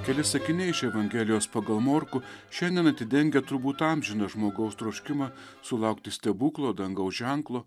keli sakiniai iš evangelijos pagal morkų šiandien atidengia turbūt amžiną žmogaus troškimą sulaukti stebuklo dangaus ženklo